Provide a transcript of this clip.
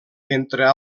entre